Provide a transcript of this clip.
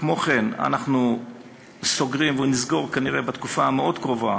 כמו כן, נסגור בתקופה הקרובה